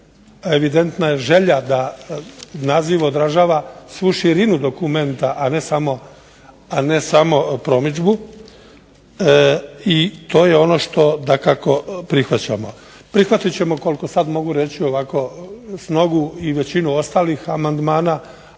Evidentna je želja da naziv odražava svu širinu dokumenta a ne samo promidžbu i to je ono što dakako prihvaćamo. Prihvatit ćemo koliko sad mogu reći ovako s nogu i većinu ostalih amandmana,